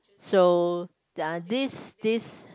so their this this